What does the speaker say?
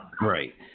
Right